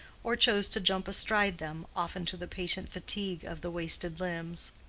or chose to jump astride them, often to the patient fatigue of the wasted limbs.